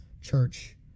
church